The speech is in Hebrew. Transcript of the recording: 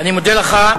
אני מודה לך.